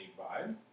vibe